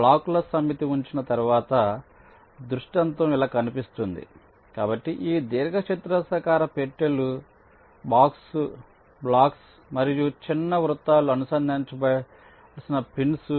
బ్లాకుల సమితి ఉంచిన తరువాత దృష్టాంతం ఇలా కనిపిస్తుంది కాబట్టి ఈ దీర్ఘచతురస్రాకార పెట్టెలు బ్లాక్స్ మరియు చిన్న వృత్తాలు అనుసంధానించవలసిన పిన్స్